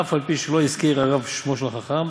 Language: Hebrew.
אף-על-פי שלא הזכיר הרב שמו של חכם,